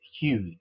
huge